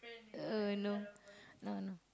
uh no no no